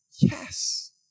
yes